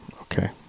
Okay